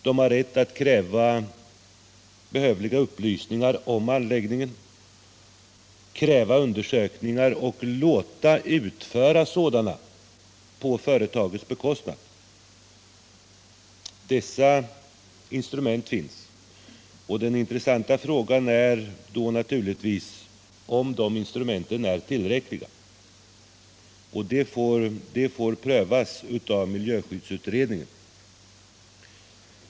De har rätt att kräva behövliga upplysningar om anläggningen, kräva undersökningar och låta utföra sådana på företagets bekostnad. Dessa instrument finns. Den intressanta frågan är då naturligtvis om de instrumenten är tillräckliga. Detta får prövas av miljöskyddsutredningen.